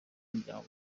muryango